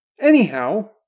Anyhow